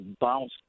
bounce